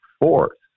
force